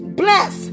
bless